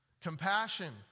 compassion